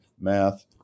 math